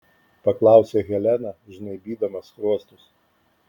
paklausė helena žnaibydama skruostus